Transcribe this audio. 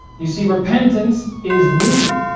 you see repentance is needed.